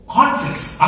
Conflicts